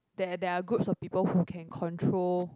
there there are groups of people who can control